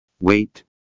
Wait